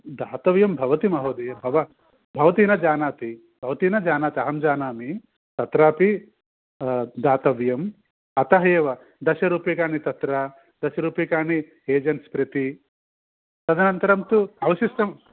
दातव्यं भवति महोदये भव भवती न जानाति भवती न जानाति अहं जानामि तत्र अपि दातव्यम् अतः एव दश रूप्यकाणि तत्र दशरूप्यकाणि एजेन्स् प्रति तदनन्तरं तु अवशिष्टं